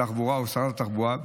התחבורה או שרת התחבורה.